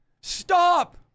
stop